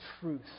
truth